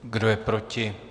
Kdo je proti?